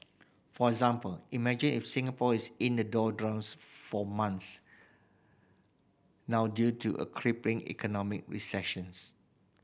for example imagine if Singapore is in the doldrums for months now due to a crippling economic recessions